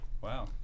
Wow